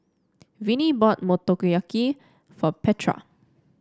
Vennie bought Motoyaki for Petra